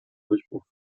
durchbruch